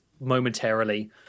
momentarily